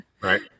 Right